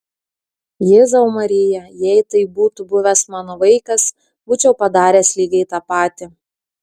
jėzau marija jei tai būtų buvęs mano vaikas būčiau padaręs lygiai tą patį